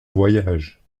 voyage